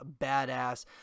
badass